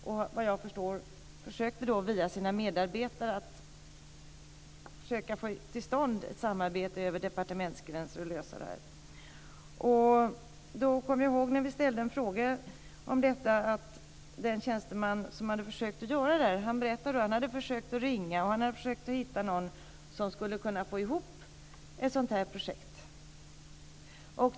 Såvitt jag förstår försökte han via sina medarbetare att få till stånd ett samarbete över departementsgränserna och lösa det här. När vi ställde en fråga om detta berättade, kommer jag ihåg, den tjänsteman som hade försökt göra något här att han hade försökt ringa och hitta någon som kunde få ihop ett sådant här projekt.